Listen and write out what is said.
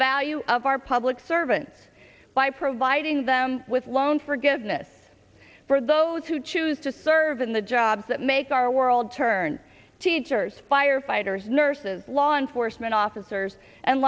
value of our public servants by providing them with loan forgiveness for those who choose to serve in the jobs that make our world turn teachers firefighters nurses law enforcement officers and